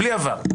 בלי עבר.